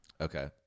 okay